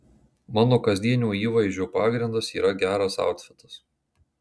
mano kasdienio įvaizdžio pagrindas yra geras autfitas